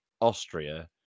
Austria